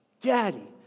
Daddy